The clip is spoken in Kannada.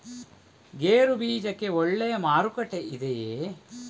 ಗೇರು ಬೀಜಕ್ಕೆ ಒಳ್ಳೆಯ ಮಾರುಕಟ್ಟೆ ಇದೆಯೇ?